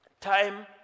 time